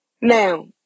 Now